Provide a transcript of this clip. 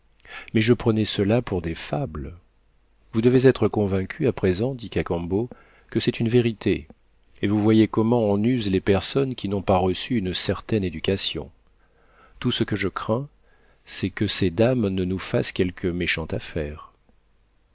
mais je prenais cela pour des fables vous devez être convaincu à présent dit cacambo que c'est une vérité et vous voyez comment en usent les personnes qui n'ont pas reçu une certaine éducation tout ce que je crains c'est que ces dames ne nous fassent quelque méchante affaire